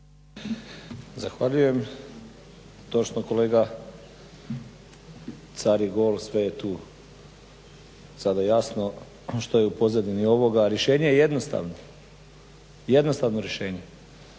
Zahvaljujem. Točno kolega, car je gol sve je tu sada jasno što je u pozadini ovoga, a rješenje je jednostavno, članak 12.